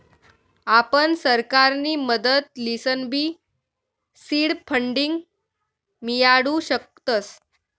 आपण सरकारनी मदत लिसनबी सीड फंडींग मियाडू शकतस